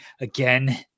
again